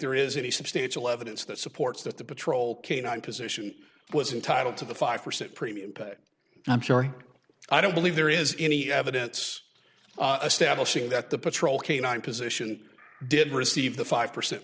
there is any substantial evidence that supports that the patrol canine position was entitled to the five percent premium paid i'm sorry i don't believe there is any evidence a status thing that the patrol canine position did receive the five percent